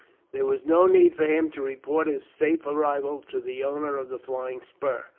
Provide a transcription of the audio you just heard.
there was no need for him to report his safe arrival to the owner of the flying spur,